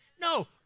No